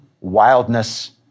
wildness